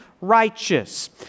righteous